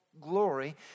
glory